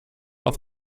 auf